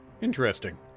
Interesting